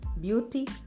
beauty